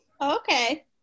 Okay